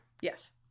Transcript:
Yes